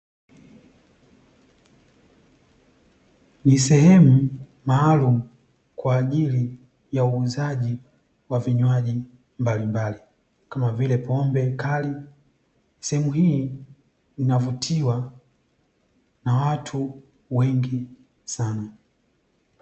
Ni sehemu maalumu kwa ajili ya uuzaji wa vinywaji mbalimbali, kama vile pombe kali. Sehemu hii inavutiwa na watu wengi sana.